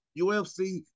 UFC